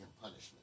punishment